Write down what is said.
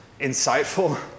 insightful